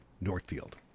Northfield